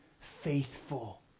faithful